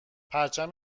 پرچم